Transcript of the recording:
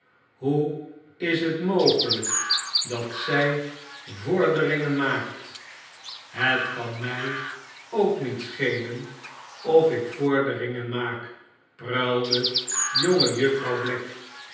hoe is het mogelgkdat zij vorderingen maakt het kan mg ook niet schelen of ik vorderingen maak b pruilde jongejuffrouw black